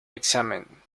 examen